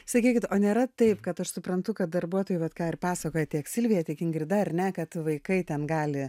sakykit o nėra taip kad aš suprantu kad darbuotojų vat ką ir pasakojo tiek silvija tiek ingrida ar ne kad vaikai ten gali